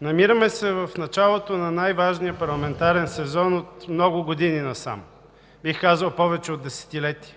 намираме се в началото на най-важния парламентарен сезон от много години насам, бих казал, повече от десетилетие.